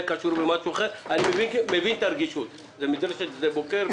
אני מבין את הרגישות למדרשת שדה בוקר,